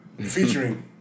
Featuring